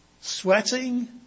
sweating